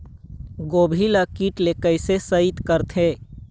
गोभी ल कीट ले कैसे सइत करथे?